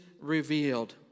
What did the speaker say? revealed